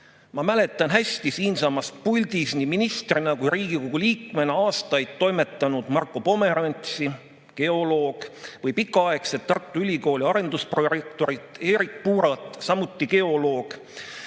Ma mäletan hästi siinsamas puldis nii ministri kui Riigikogu liikmena aastaid toimetanud Marko Pomerantsi, geoloog, ja pikaaegset Tartu Ülikooli arendusprorektorit Erik Puurat, samuti geoloog.